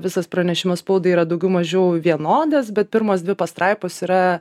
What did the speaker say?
visas pranešimas spaudai yra daugiau mažiau vienodas bet pirmos dvi pastraipos yra